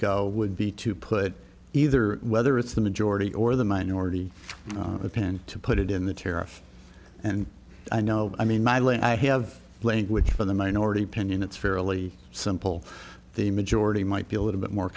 go would be to put either whether it's the majority or the minority opinion to put it in the tariff and i know i mean my line i have language for the minority opinion it's fairly simple the majority might be a little bit more